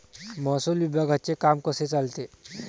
महसूल विभागाचे काम कसे चालते?